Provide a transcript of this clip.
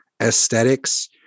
aesthetics